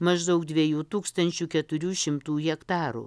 maždaug dviejų tūkstančių keturių šimtų hektarų